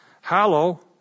Hallow